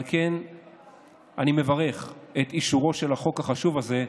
על כן אני מברך על אישורו של החוק החשוב הזה,